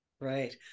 right